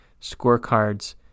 scorecards